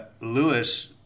Lewis